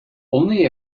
only